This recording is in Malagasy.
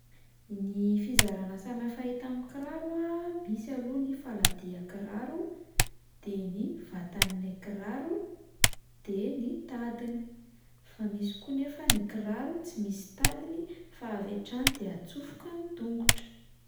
Ny fizarana samihafa hita amin'ny kiraro a: misy aloha ny faladihan-kiraro, de ny vatan'ilay kiraro, de ny tadiny, fa misy koa nefa ny kiraro tsy misy tadiny fa avy hatrany de atsofoka ny tongotra.